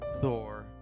Thor